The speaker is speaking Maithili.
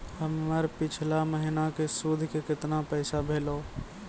हमर पिछला महीने के सुध के केतना पैसा भेलौ?